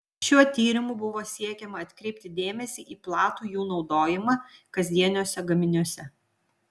šiuo tyrimu buvo siekiama atkreipti dėmesį į platų jų naudojimą kasdieniuose gaminiuose